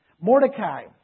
Mordecai